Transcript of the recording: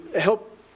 help